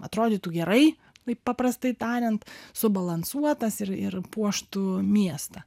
atrodytų gerai taip paprastai tariant subalansuotas ir ir puoštų miestą